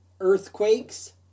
earthquakes